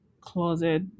closet